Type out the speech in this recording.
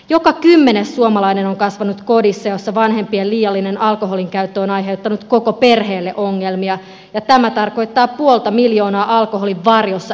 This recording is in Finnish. joka kymmenes suomalainen on kasvanut kodissa jossa vanhempien liiallinen alkoholinkäyttö on aiheuttanut koko perheelle ongelmia ja tämä tarkoittaa puolta miljoonaa alkoholin varjossa elänyttä lasta